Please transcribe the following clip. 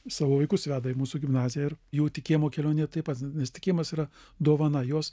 savo vaikus veda į mūsų gimnaziją ir jų tikėjimo kelionė taip pat nes tikėjimas yra dovana jos